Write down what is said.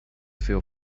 feel